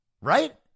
right